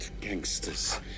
gangsters